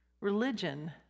Religion